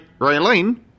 Raylene